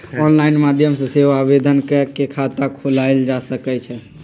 online माध्यम से सेहो आवेदन कऽ के खता खोलायल जा सकइ छइ